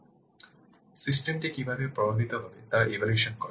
সুতরাং সিস্টেমটি কীভাবে প্রভাবিত হবে তা ইভ্যালুয়েশন করা